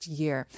year